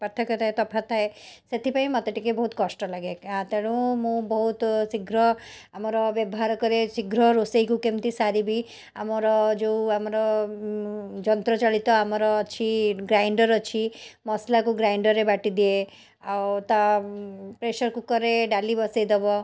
ପାର୍ଥକ୍ୟ ଥାଏ ତଫାତ୍ ଥାଏ ସେଥିପାଇଁ ମୋତେ ଟିକିଏ ବହୁତ କଷ୍ଟ ଲାଗେ ଆ ତେଣୁ ମୁଁ ବହୁତ ଶୀଘ୍ର ଆମର ବ୍ୟବହାର କରେ ଶୀଘ୍ର ରୋଷେଇକୁ କେମିତି ସାରିବି ଆମର ଯେଉଁ ଆମର ଯନ୍ତ୍ରଚାଳିତ ଆମର ଅଛି ଗ୍ରାଇଣ୍ଡର ଅଛି ମସଲାକୁ ଗ୍ରାଇଣ୍ଡରରେ ବାଟିଦିଏ ଆଉ ତା ପ୍ରେସର୍ କୁକର୍ ରେ ଡାଲି ବସାଇଦବ